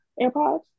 AirPods